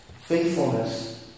Faithfulness